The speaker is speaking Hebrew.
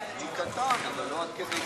אני קטן, אבל לא עד כדי כך.